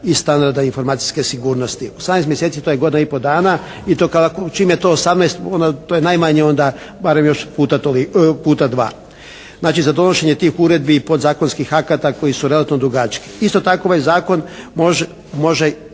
i standarda informacijske sigurnosti. 18 mjeseci to je godina i pol dana i to čim je to 18 to je najmanje onda barem još puta dva. Znači za donošenje tih uredbi i podzakonskih akta koji su relativno dugački. Isto tako ovaj zakon može